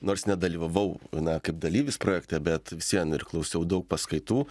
nors nedalyvavau na kaip dalyvis projekte bet vis vien ir klausiau daug paskaitų